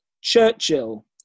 Churchill